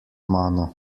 mano